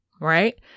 right